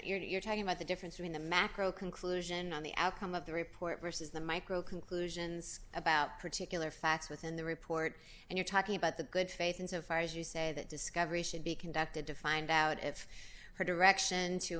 you're talking about the difference in the macro conclusion on the outcome of the report versus the micro conclusions about particular facts within the report and you're talking about the good faith insofar as you say that discovery should be conducted to find out if her direction to